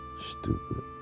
stupid